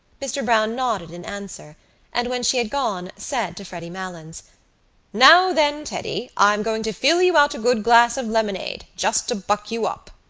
mr. browne nodded in answer and, when she had gone, said to freddy malins now, then, teddy, i'm going to fill you out a good glass of lemonade just to buck you up.